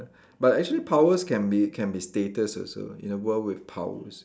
but actually powers can be can be status also in a world with powers